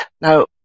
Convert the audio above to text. Now